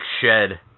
shed